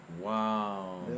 Wow